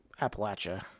Appalachia